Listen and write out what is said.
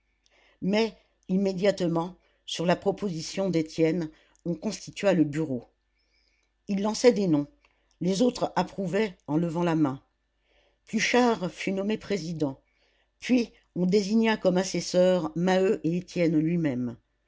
mais immédiatement sur la proposition d'étienne on constitua le bureau il lançait des noms les autres approuvaient en levant la main pluchart fut nommé président puis on désigna comme assesseurs maheu et étienne lui-même